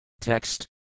Text